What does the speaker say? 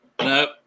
nope